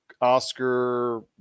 Oscar